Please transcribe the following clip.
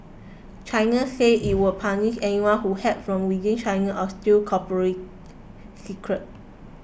China says it will punish anyone who hacks from within China or steals corporate secrets